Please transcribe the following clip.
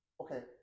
okay